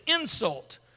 insult